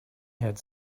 had